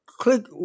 click